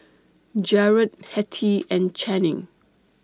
Jarod Hetty and Channing